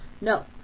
No